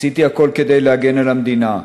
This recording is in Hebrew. עשיתי הכול כדי להגן על המדינה.